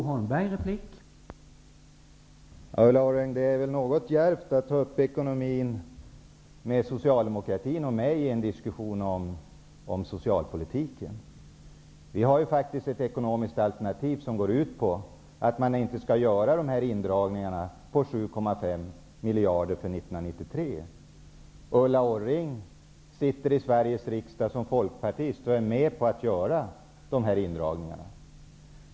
Herr talman! Det är väl något djärvt, Ulla Orring, att i en diskussion med mig om socialpolitiken ta upp frågan om ekonomin och Socialdemokraterna. Vi har faktiskt ett ekonomiskt alternativ som går ut på att man inte skall göra dessa indragningar på 7,5 miljarder för 1993. Ulla Orring sitter i Sveriges riksdag som folkpartist och är därmed med på att göra dessa indragningar.